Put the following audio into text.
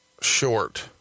short